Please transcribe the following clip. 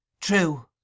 True